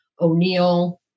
O'Neill